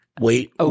Wait